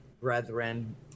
brethren